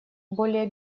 более